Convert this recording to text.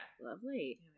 Lovely